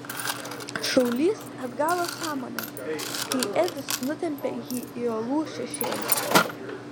šaulys atgavo sąmonę kai edis nutempė jį į uolų šešėlį